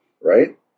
Right